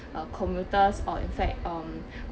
uh commuters or in fact um